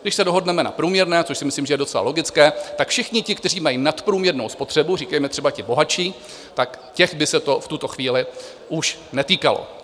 Když se dohodneme na průměrné, což si myslím, že je docela logické, tak všichni ti, kteří mají nadprůměrnou spotřebu, říkejme třeba ti bohatší, těch by se to v tuto chvíli už netýkalo.